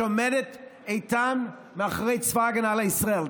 שעומדת איתן מאחורי צבא ההגנה לישראל.